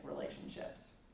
relationships